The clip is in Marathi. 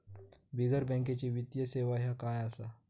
बिगर बँकेची वित्तीय सेवा ह्या काय असा?